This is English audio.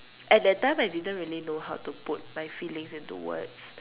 at that time I didn't really know how to put my feelings into words